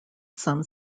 some